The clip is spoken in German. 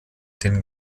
den